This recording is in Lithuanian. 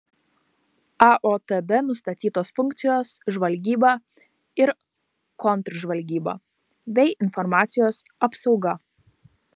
aotd nustatytos funkcijos žvalgyba ir kontržvalgyba bei informacijos apsauga